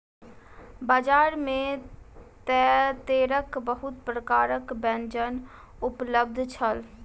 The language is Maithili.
बजार में तेतैरक बहुत प्रकारक व्यंजन उपलब्ध छल